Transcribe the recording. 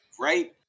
Right